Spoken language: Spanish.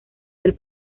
del